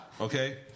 Okay